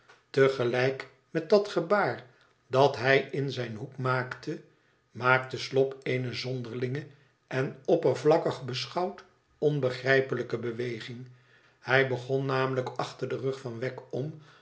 gelijk met dat gebaar dat hij in zijn hoek maakte maakte slop eene zonderlinge en oppervlakkig beschouwd onbegrijpelijke beweging hij begon namelijk achter den rug van wegg